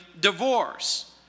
divorce